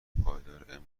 پایدارmباید